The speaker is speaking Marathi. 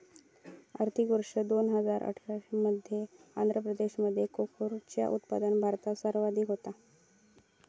आर्थिक वर्ष दोन हजार अठरा मध्ये आंध्र प्रदेशामध्ये कोकोचा उत्पादन भारतात सर्वाधिक होता